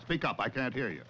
speak up i can't hear y